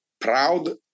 proud